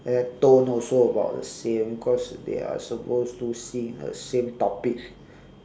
then tone also about the same because they are supposed to sing a same topic